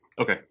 Okay